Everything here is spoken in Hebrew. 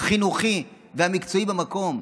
החינוכי והמקצועי במקום?